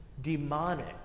demonic